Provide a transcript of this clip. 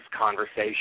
conversation